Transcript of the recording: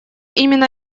именно